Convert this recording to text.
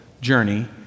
journey